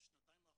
בשנתיים האחרונות,